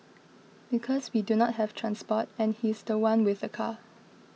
because we do not have transport and he's the one with the car